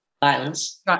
violence